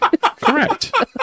Correct